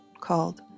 called